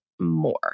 more